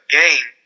game